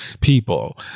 people